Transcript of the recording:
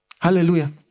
Hallelujah